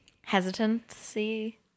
hesitancy